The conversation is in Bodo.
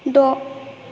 द'